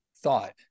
thought